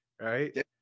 right